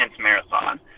marathon